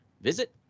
Visit